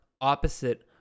opposite